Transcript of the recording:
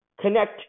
connect